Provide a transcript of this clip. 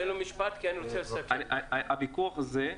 הוויכוח הזה,